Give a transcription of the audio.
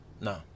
no